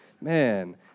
man